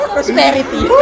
Prosperity